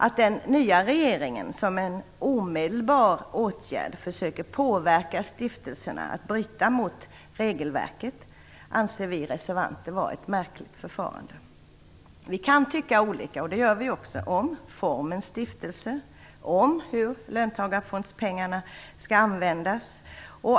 Att den nya regeringen som en omedelbar åtgärd försöker påverka stiftelserna att bryta mot regelverket anser vi reservanter vara ett märkligt förfarande. Man kan ha olika uppfattning, vilket vi också har, om formen stiftelse och om hur löntagarfondspengarna skall användas.